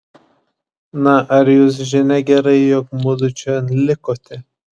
na ar jūs žiną gerai jog mudu čion likote